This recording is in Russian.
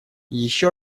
еще